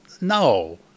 no